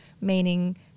meaning